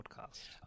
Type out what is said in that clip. Podcast